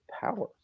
power